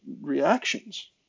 reactions